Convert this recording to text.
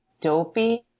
dopey